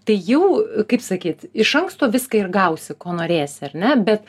tai jau kaip sakyt iš anksto viską ir gausi ko norėsi ar ne bet